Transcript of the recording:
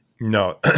No